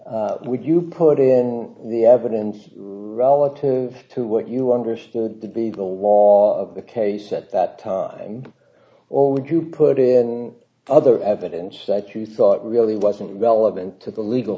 ph would you put in the evidence relative to what you understood the beagle law of the case at that time or would you put in other evidence that you thought really wasn't relevant to the legal